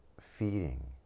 feeding